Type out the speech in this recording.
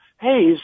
hey